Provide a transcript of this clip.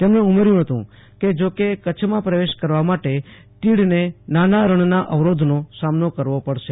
તેમઅને ઉમેર્યું હતું કે જો કે કચ્છમાં પ્રવેશ કરવા માટે તીડને નાના રણના અવરોધનો સામનો કરવો પડશે